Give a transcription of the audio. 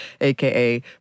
aka